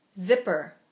Zipper